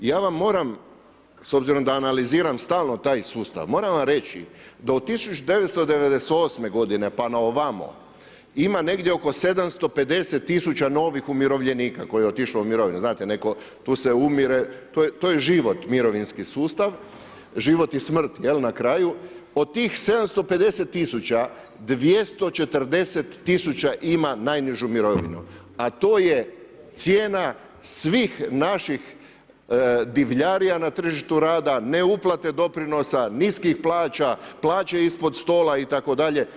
Ja vam moram, s obzirom da analiziram stalno taj sustav, moram vam reći da od 1998. godine pa na ovamo ima negdje oko 750 tisuća novih umirovljenika kojih je otišlo u mirovinu, znate tu se umire, to je život mirovinski sustav, život i smrt na kraju, od tih 750 tisuća, 240 tisuća ima najnižu mirovinu, a to je cijena svih naših divljarija na tržištu rada, neuplate doprinosa, niskih plaća, plaće ispod stola itd.